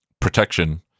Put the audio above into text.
Protection